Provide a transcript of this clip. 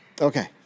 Okay